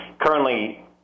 Currently